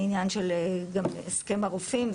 זה עניין גם של הסכם הרופאים,